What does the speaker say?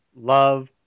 love